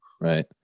Right